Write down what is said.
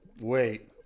Wait